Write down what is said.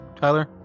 tyler